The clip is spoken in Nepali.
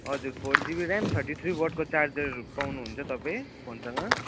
हजुर four GB RAM thirty three वाटको चार्जर पाउनुहुन्छ तपाईँ फोनसँग